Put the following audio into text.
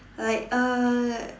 like uh